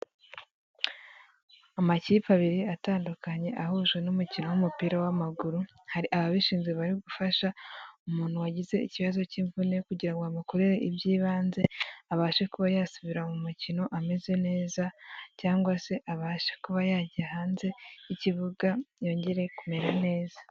Amakipe abiri atandukanye ahujwe n'umukino w'umupira w'amaguru, hari ababishinzwe bari gufasha umuntu wagize ikibazo k'imvune, kugira bamukorere iby'ibanze, abashe kuba yasubira mu mukino ameze neza cyangwa se abashe kuba yajya hanze y'ikibuga yongere kumera neza.